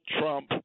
Trump